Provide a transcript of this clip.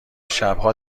شبها